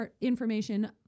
information